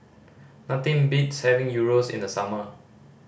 nothing beats having Gyros in the summer